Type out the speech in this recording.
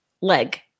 leg